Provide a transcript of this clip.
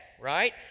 right